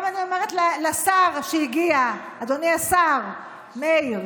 אני אומרת גם לשר שהגיע: אדוני השר מאיר,